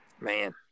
Man